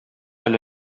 әле